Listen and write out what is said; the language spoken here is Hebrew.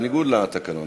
בניגוד לתקנון,